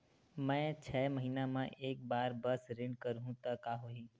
मैं छै महीना म एक बार बस ऋण करहु त का होही?